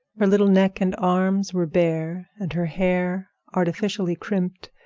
her little neck and arms were bare, and her hair, artificially crimped,